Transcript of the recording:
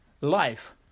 life